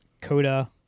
Coda